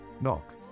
knock